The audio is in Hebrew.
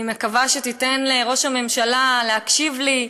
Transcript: אני מקווה שתיתן לראש הממשלה להקשיב לי.